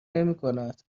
نمیکند